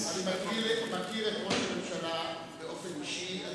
באופן אישי.